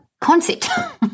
concept